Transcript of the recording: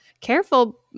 careful